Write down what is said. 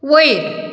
वयर